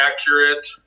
accurate